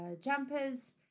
jumpers